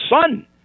son